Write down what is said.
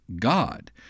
God